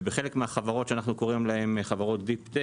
ובחלק מהחברות שאנחנו קוראים להן חברות Deep Tech